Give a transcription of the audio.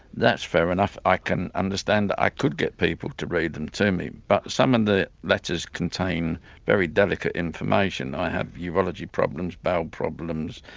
fair enough, i can understand that i could get people to read them to me but some of the letters contain very delicate information. i have urology problems bowel problems.